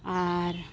ᱟᱨ